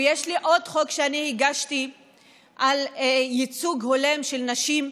ויש עוד חוק שהגשתי על ייצוג הולם של נשים,